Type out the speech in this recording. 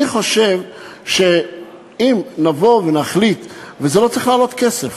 אני חושב שאם נחליט וזה לא צריך לעלות כסף,